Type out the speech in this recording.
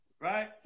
Right